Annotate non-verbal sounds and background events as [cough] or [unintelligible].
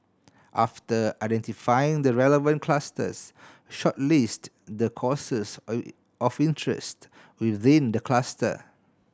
after identifying the relevant clusters shortlist the courses [unintelligible] of interest within the cluster